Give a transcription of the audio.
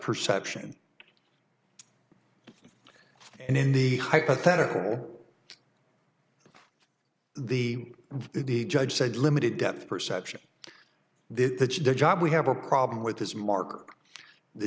perception and in the hypothetical the the judge said limited depth perception their job we have a problem with this mark the